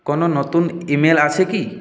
কোন নতুন ইমেল আছে কি